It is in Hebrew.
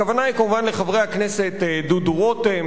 הכוונה היא כמובן לחברי הכנסת דודו רותם,